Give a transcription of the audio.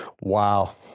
Wow